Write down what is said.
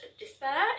despair